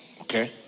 Okay